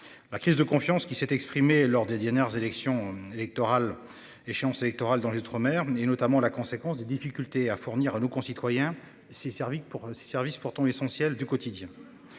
La crise de confiance qui s'est exprimé lors des dernières élections électorales. Échéances électorales dans les Outre-mer est notamment la conséquence des difficultés à fournir à nos concitoyens si servi que pour ces services pourtant essentiel du quotidien.